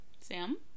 Sam